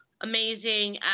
amazing